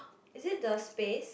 is it the space